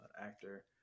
actor